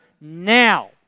now